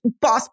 boss